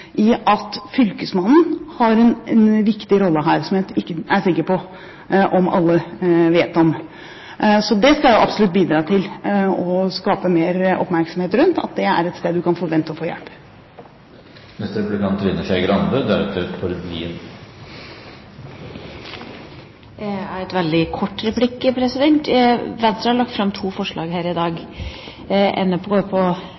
i at fylkesmannen har en viktig rolle her, som jeg ikke er sikker på om alle vet om. Jeg skal absolutt bidra til å skape mer oppmerksomhet rundt at det er et sted du kan forvente å få hjelp. Jeg har en veldig kort replikk. Venstre har lagt fram to forslag her i dag.